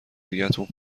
دیگتون